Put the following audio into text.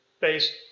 based